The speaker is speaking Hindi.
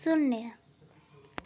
शून्य